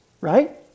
right